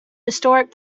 historic